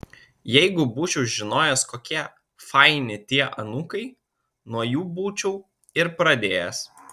jeigu būčiau žinojęs kokie faini tie anūkai nuo jų būčiau ir pradėjęs